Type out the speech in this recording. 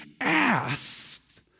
asked